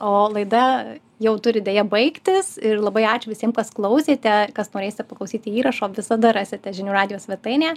o laida jau turi deja baigtis ir labai ačiū visiem kas klausėte kas norėsite paklausyti įrašo visada rasite žinių radijo svetainėje